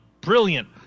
Brilliant